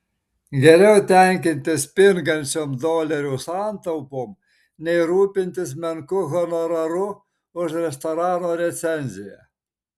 geriau tenkintis pingančiom dolerių santaupom nei rūpintis menku honoraru už restorano recenziją